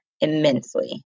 Immensely